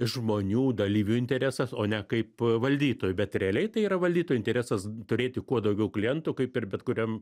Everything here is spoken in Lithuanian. žmonių dalyvių interesas o ne kaip valdytojų bet realiai tai yra valdytų interesas turėti kuo daugiau klientų kaip ir bet kuriam